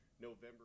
November